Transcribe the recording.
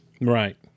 Right